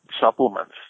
supplements